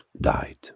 died